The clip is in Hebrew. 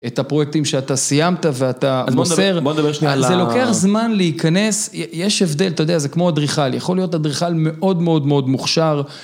את הפרויקטים שאתה סיימת ואתה מוסר. בוא נדבר, בוא נדבר שנייה על ה... זה לוקח זמן להיכנס, יש הבדל, אתה יודע, זה כמו אדריכל. יכול להיות אדריכל מאוד מאוד מאוד מוכשר.